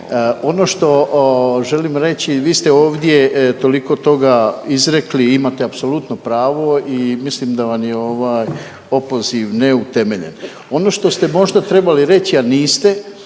Ono što želim reći, vi ste ovdje toliko toga izrekli i imate apsolutno pravo i mislim da vam je ovaj opoziv neutemeljen. Ono što ste možda trebali reći, a niste